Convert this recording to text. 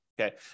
okay